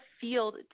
field